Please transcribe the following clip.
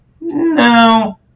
no